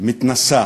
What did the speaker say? מתנשאת